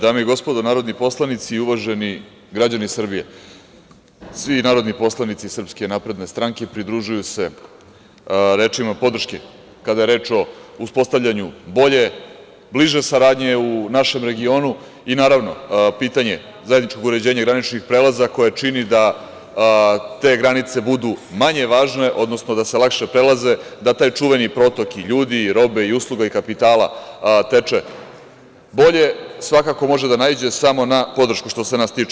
Dame i gospodo narodni poslanici, uvaženi građani Srbije, svi narodni poslanici SNS pridružuju se rečima podrške kada je reč o uspostavljanju bolje, bliže saradnje u našem regionu i, naravno, pitanje zajedničkog uređenja i graničnih prelaza koje čini da te granice budu manje važne, odnosno da se lakše prelaze, da taj čuveni protok ljudi, robe, usluga i kapitala teče bolje, svakako može da naiđe samo na podršku što se nas tiče.